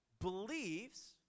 believes